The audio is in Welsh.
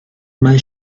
mae